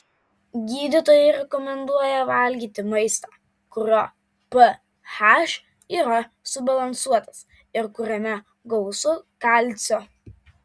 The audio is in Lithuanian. gydytojai rekomenduoja valgyti maistą kurio ph yra subalansuotas ir kuriame gausu kalcio